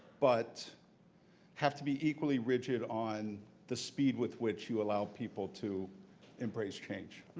but have to be equally rigid on the speed with which you allow people to embrace change.